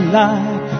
life